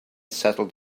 settled